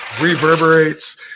reverberates